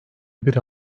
bir